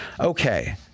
Okay